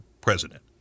president